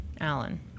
Alan